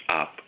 up